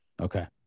Okay